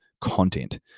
content